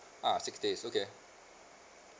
ah six days okay